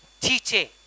teaching